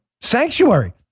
sanctuary